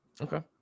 Okay